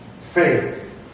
Faith